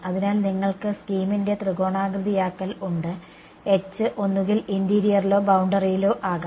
അതിനാൽ നിങ്ങൾക്ക് സ്കീമിന്റെ ത്രികോണാകൃതിയാക്കൽ ഉണ്ട് H ഒന്നുകിൽ ഇന്റീരിയറിലോ ബൌണ്ടറിയിലോ ആകാം